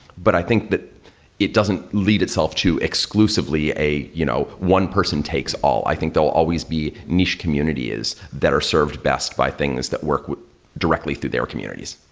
but i think that it doesn't lead itself to exclusively a you know one person takes all. i think there will always be niche communities that are served best by things that work directly through their communities.